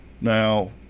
now